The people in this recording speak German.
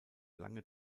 lange